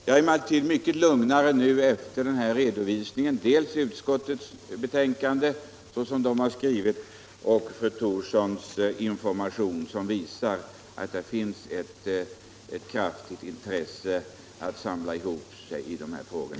Jag är mycket lugnare efter dels denna redovisning i utskottets be tänkande, dels fru Thorssons information, som visar att det finns ett kraftigt intresse att samla sig i dessa frågor.